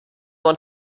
want